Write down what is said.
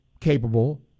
capable